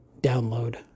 download